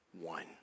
one